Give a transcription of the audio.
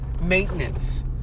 maintenance